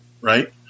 right